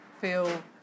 feel